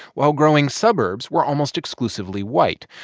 while growing suburbs were almost exclusively white.